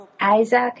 Isaac